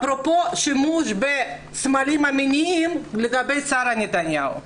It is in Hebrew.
זה אפרופו שימוש בסמלים מיניים לגבי שרה נתניהו.